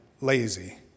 lazy